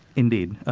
indeed.